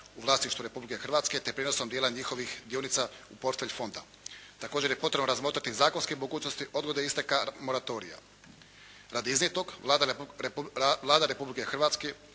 u vlasništvu Republike Hrvatske te prijenosom dijela njihovih dionica u portfelj fonda. Također je potrebno razmotriti zakonske mogućnosti odgode isteka moratorija.